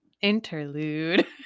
interlude